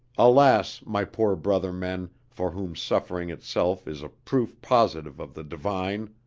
alas my poor brother men, for whom suffering itself is a proof positive of the divine.